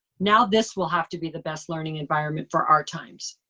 now this will have to be the best learning environment for our times.